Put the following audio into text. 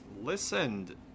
listened